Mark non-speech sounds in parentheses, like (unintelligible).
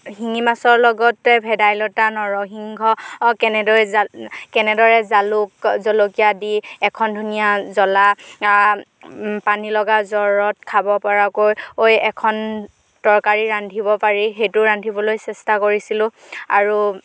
শিঙি মাছৰ লগতে ভেদাইলতা নৰসিংহ কেনেদৰে (unintelligible) কেনেদৰে জালুক জলকীয়া দি এখন ধুনীয়া জ্বলা পানী লগা জ্বৰত খাব পৰাকৈ এখন তৰকাৰী ৰান্ধিব পাৰি সেইটো ৰান্ধিবলৈ চেষ্টা কৰিছিলোঁ আৰু